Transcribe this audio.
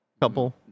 couple